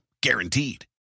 Guaranteed